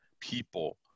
people